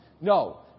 No